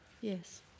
Yes